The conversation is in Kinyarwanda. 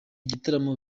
gitaramo